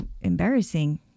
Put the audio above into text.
embarrassing